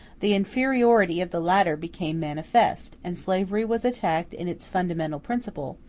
the inferiority of the latter became manifest, and slavery was attacked in its fundamental principle,